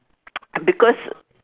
and because